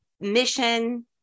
mission